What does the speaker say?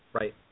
Right